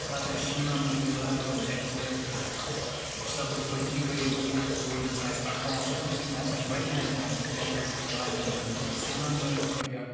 سۄ ہَسا چھِ سونامَرگہِ بَرابَد ایٚگزیکٹہٕ ہَسا بہٕ پٔتمہِ ؤریہِ گوس تور زٕ ساس اَکوُہَس مَنٛز مےٚ ہَسا چھِ واریَہَن جایَن کِلایمبِنٛگ کِلایمبِنٛگ کٔرمٕژ مَگَر سونامَرگ ہَسا چھِ اکھ